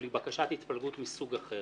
אבל היא בקשת התפלגות מסוג אחר.